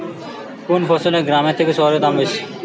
কোন ফসলের গ্রামের থেকে শহরে দাম বেশি?